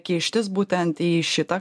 kištis būtent į šitą